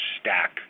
stack